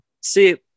See